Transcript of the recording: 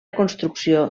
construcció